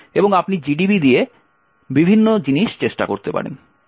এবং আপনি gdb দিয়ে বিভিন্ন জিনিস চেষ্টা করতে পারেন